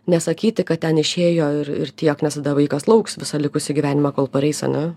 nesakyti kad ten išėjo ir ir tiek nes tada vaikas lauks visą likusį gyvenimą kol pareis ane